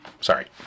Sorry